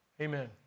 amen